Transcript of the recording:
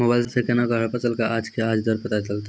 Mobile सऽ केना कऽ हर फसल कऽ आज के आज दर पता चलतै?